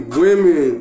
women